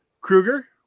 Kruger